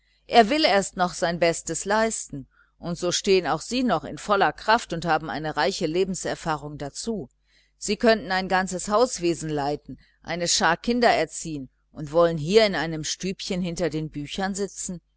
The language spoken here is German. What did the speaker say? er will erst noch sein bestes leisten und so stehen auch sie noch in der vollen kraft und haben eine reiche lebenserfahrung dazu sie könnten ein ganzes hauswesen leiten eine schar kinder erziehen und wollen hier in einem stübchen hinter den büchern sitzen